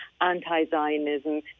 anti-Zionism